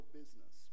business